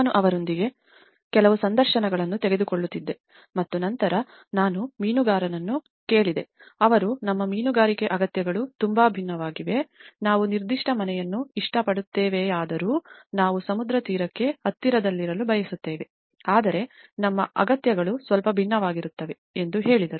ನಾನು ಅವರೊಂದಿಗೆ ಕೆಲವು ಸಂದರ್ಶನಗಳನ್ನು ತೆಗೆದುಕೊಳ್ಳುತ್ತಿದ್ದೆ ಮತ್ತು ನಂತರ ನಾನು ಮೀನುಗಾರನನ್ನು ಕೇಳಿದೆ ಅವರು ನಮ್ಮ ಮೀನುಗಾರಿಕೆ ಅಗತ್ಯಗಳು ತುಂಬಾ ವಿಭಿನ್ನವಾಗಿವೆ ನಾವು ನಿರ್ದಿಷ್ಟ ಮನೆಯನ್ನು ಇಷ್ಟಪಡುತ್ತೇವೆಯಾದರೂ ನಾವು ಸಮುದ್ರ ತೀರಕ್ಕೆ ಹತ್ತಿರದಲ್ಲಿರಲು ಬಯಸುತ್ತೇವೆ ಆದರೆ ನಮ್ಮ ಅಗತ್ಯಗಳು ಸ್ವಲ್ಪ ಭಿನ್ನವಾಗಿರುತ್ತವೆ ಎಂದು ಹೇಳಿದರು